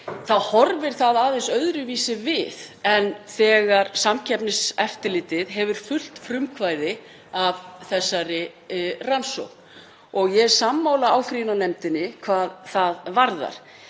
horfir það aðeins öðruvísi við en þegar Samkeppniseftirlitið hefur fullt frumkvæði að þessari rannsókn. Ég er sammála áfrýjunarnefndinni hvað það varðar.